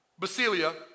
Basilia